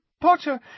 Potter